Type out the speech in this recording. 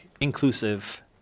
inclusive